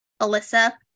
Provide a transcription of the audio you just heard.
Alyssa